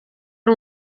ari